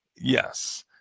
Yes